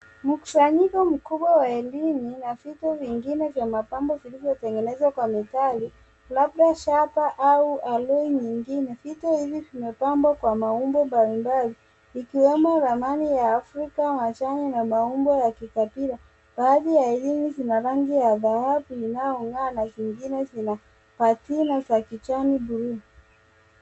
Mkusanyiko mkubwa wa herini na vitu vingine vya mapambo vilivyotengenezwa kwa metali labda shaba au aloi nyingine . Vitu hivi vimepambwa kwa maumbo mbalimbali ikiwemo ramani ya Afrika, majani na maumbo ya kikabila. Baadhi ya herini zina rangi ya dhahabu inayong'aa na zingine zina patina za kijani buluu.